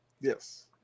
Yes